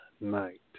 night